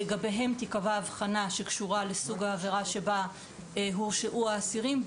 הבחנה שקשורה לסוג העבירה שבה הורשעו האסירים,